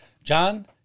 John